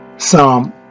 psalm